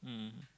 mmhmm